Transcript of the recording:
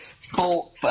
full